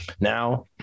now